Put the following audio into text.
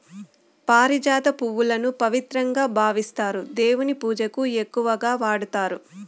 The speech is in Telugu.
పారిజాత పువ్వులను పవిత్రంగా భావిస్తారు, దేవుని పూజకు ఎక్కువగా వాడతారు